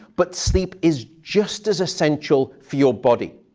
but sleep is just as essential for your body.